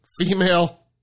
female